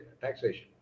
taxation